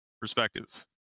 perspective